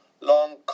long